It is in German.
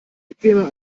bequemer